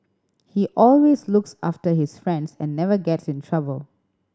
he always looks after his friends and never gets in trouble